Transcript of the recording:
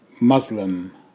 Muslim